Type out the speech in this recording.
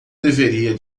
deveria